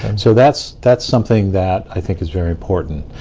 so that's that's something that i think is very important.